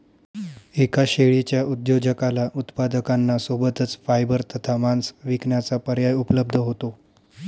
एका शेळीच्या उद्योजकाला उत्पादकांना सोबतच फायबर तथा मांस विकण्याचा पर्याय उपलब्ध होतो